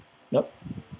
yup